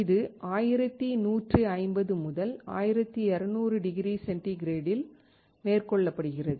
இது 1150 முதல் 1200 டிகிரி சென்டிகிரேடில் மேற்கொள்ளப்படுகிறது